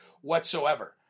whatsoever